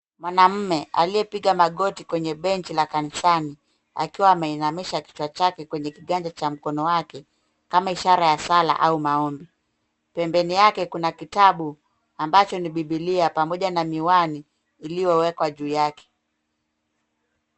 Mwanamume aliyepiga magoti kwenye benchi la kanisani, akiwa ameinamisha kichwa chake kwenye kiganja cha mkono wake, kama ishara ya sala au maombi. Pembeni yake kuna kitabu ambacho ni biblia pamoja na miwani, iliyowekwa juu yake.